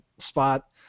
spot